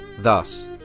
thus